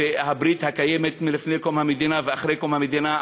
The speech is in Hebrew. הברית הקיימת מלפני קום המדינה ואחרי קום המדינה.